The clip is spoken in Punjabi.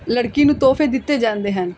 ਲੜਕੀ ਨੂੰ ਤੋਹਫੇ ਦਿੱਤੇ ਜਾਂਦੇ ਹਨ